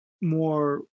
more